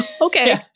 okay